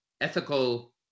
ethical